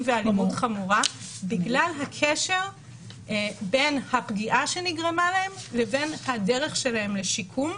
ואלימות חמורה בגלל הקשר בין הפגיעה שנגרמה להם לבין הדרך שלהם לשיקום.